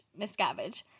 Miscavige